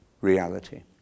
reality